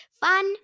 fun